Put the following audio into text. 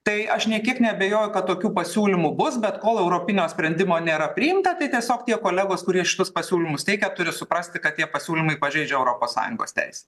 tai aš nė kiek neabejoju kad tokių pasiūlymų bus bet kol europinio sprendimo nėra priimta tai tiesiog tie kolegos kurie šituos pasiūlymus teikia turi suprasti kad tie pasiūlymai pažeidžia europos sąjungos teisę